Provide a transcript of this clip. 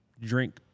drink